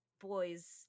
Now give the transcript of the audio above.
boys